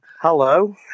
Hello